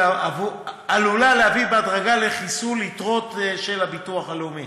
עלול להביא בהדרגה לחיסול יתרות של הביטוח הלאומי.